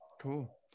Cool